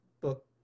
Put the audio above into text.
book